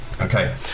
Okay